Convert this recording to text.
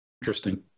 Interesting